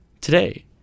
today